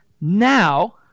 now